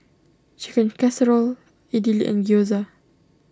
Chicken Casserole Idili and Gyoza